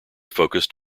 focused